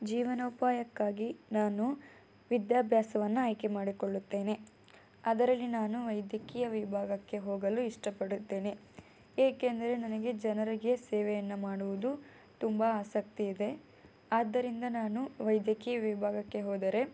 ಜೀವನೋಪಾಯಕ್ಕಾಗಿ ನಾನು ವಿದ್ಯಾಭ್ಯಾಸವನ್ನು ಆಯ್ಕೆ ಮಾಡಿಕೊಳ್ಳುತ್ತೇನೆ ಅದರಲ್ಲಿ ನಾನು ವೈದ್ಯಕೀಯ ವಿಭಾಗಕ್ಕೆ ಹೋಗಲು ಇಷ್ಟಪಡುತ್ತೇನೆ ಏಕೆಂದರೆ ನನಗೆ ಜನರಿಗೆ ಸೇವೆಯನ್ನು ಮಾಡುವುದು ತುಂಬ ಆಸಕ್ತಿ ಇದೆ ಆದ್ದರಿಂದ ನಾನು ವೈದ್ಯಕೀಯ ವಿಭಾಗಕ್ಕೆ ಹೋದರೆ